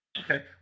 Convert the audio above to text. okay